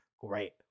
Great